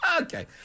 Okay